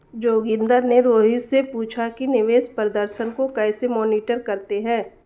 जोगिंदर ने रोहित से पूछा कि निवेश प्रदर्शन को कैसे मॉनिटर करते हैं?